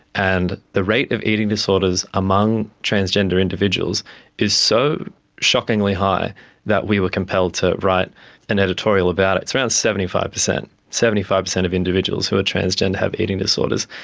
and the rate of eating disorders among transgender individuals is so shockingly high that we were compelled to write an editorial about it. it's around seventy five percent. seventy five percent of individuals who are transgender have eating disorders.